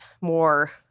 more